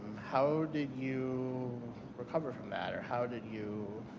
how did you recover from that or how did you